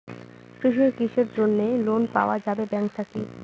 কিসের কিসের জন্যে লোন পাওয়া যাবে ব্যাংক থাকি?